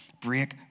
Break